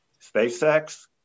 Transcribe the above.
SpaceX